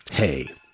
Hey